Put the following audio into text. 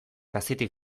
hazitik